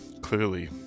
clearly